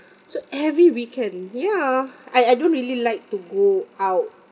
so every weekend ya I I don't really like to go out